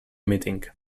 meeting